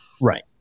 Right